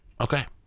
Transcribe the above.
Okay